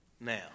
Now